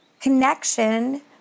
connection